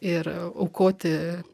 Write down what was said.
ir aukoti